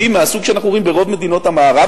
מהסוג שאנחנו רואים ברוב מדינות המערב,